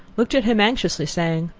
looked at him anxiously, saying,